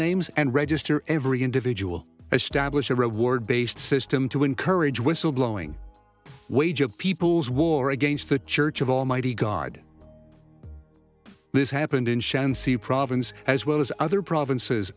names and register every individual as stablish a reward based system to encourage whistleblowing wage of people's war against the church of almighty god this happened in chancey province as well as other provinces